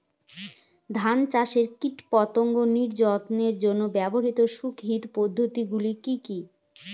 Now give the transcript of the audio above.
ধান চাষে কীটপতঙ্গ নিয়ন্ত্রণের জন্য ব্যবহৃত সুসংহত পদ্ধতিগুলি কি কি?